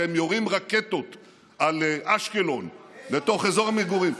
כשהם יורים רקטות על אשקלון לתוך אזור מגורים,